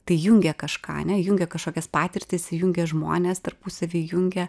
tai jungia kažką ane jungia kažkokias patirtis įjungia žmones tarpusavy jungia